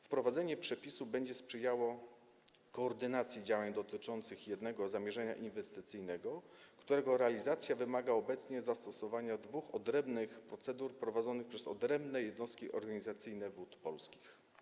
Wprowadzenie przepisu będzie sprzyjało koordynacji działań dotyczących jednego zamierzenia inwestycyjnego, którego realizacja wymaga obecnie zastosowania dwóch odrębnych procedur prowadzonych przez odrębne jednostki organizacyjne Wód Polskich.